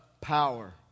power